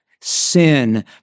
sin